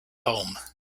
home